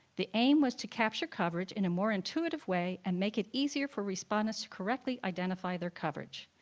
the aim was to capture coverage in a more intuitive way and make it easier for respondents to correctly identify their coverage.